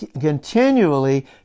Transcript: continually